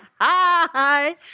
hi